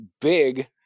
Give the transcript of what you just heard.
big